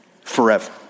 forever